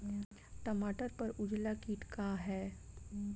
टमाटर पर उजला किट का है?